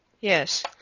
Yes